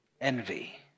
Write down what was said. Envy